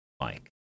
Mike